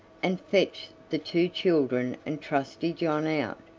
and fetched the two children and trusty john out,